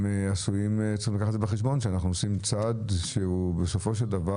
הם צריכים לקחת בחשבון שאנחנו עושים צעד שבסופו של דבר,